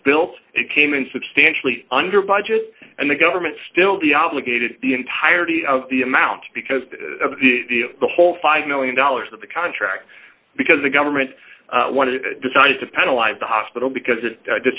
was built it came in substantially under budget and the government still be obligated the entirety of the amount because of the the whole five million dollars of the contract because the government decided to penalize the hospital because i